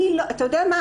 את יודע מה?